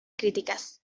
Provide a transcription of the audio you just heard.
críticas